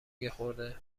یخورده